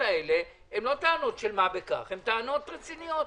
טענות משמעותיות,